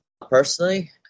personally